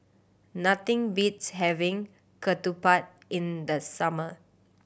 nothing beats having ketupat in the summer